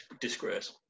Disgrace